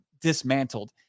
dismantled